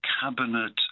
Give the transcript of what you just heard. cabinet